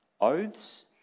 oaths